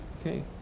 okay